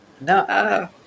No